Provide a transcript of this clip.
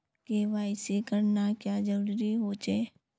KYC करना क्याँ जरुरी होचे?